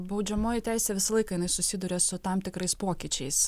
baudžiamoji teisė visą laiką jinai susiduria su tam tikrais pokyčiais